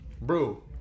bro